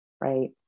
right